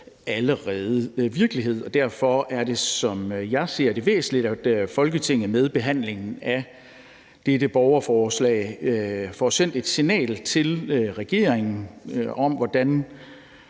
allerede virkelighed, og derfor er det, som jeg ser det, væsentligt, at Folketinget med behandlingen af dette borgerforslag får sendt et signal til regeringen om, hvordan